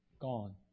Gone